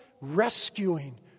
rescuing